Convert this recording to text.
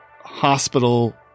hospital